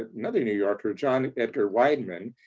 another new yorker, john edgar wideman,